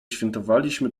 świętowaliśmy